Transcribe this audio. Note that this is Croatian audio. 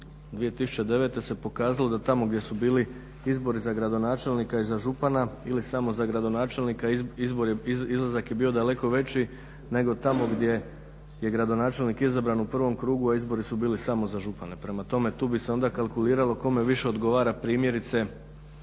2009. se pokazalo da tamo gdje su bili izbori za gradonačelnika i za župana ili samo za gradonačelnika izlazak je bio daleko veći nego tamo gdje je gradonačelnik izabran u prvom krugu, a izbori su bili samo za župana. Prema tome, tu bi se onda kalkuliralo kome više odgovara primjerice